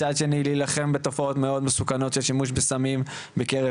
מצד שני להילחם בתופעות מאוד מסוכנות של שימוש בסמים בקרב